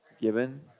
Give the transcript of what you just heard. Given